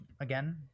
again